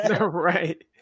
Right